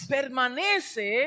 permanece